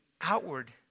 outward